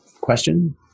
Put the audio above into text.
question